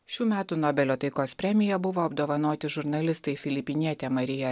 šių metų nobelio taikos premija buvo apdovanoti žurnalistai filipinietė marija